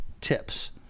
tips